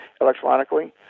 electronically